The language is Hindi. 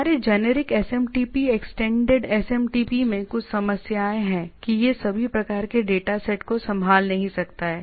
हमारे जेनेरिक SMTP एक्सटेंडेड SMTP में कुछ समस्याएं हैं कि यह सभी प्रकार के डेटा सेट को संभाल नहीं सकता है